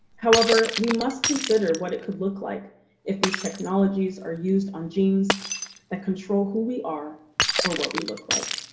however, we must consider what it could look like if these technologies are used on genes that control who we are or what we look like.